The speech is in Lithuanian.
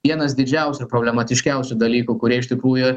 vienas didžiausių ir problematiškiausių dalykų kurie iš tikrųjų